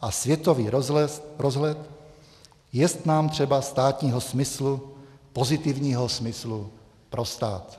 a světový rozhled, jest nám třeba státního smyslu, pozitivního smyslu pro stát.